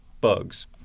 bugs